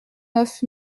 neuf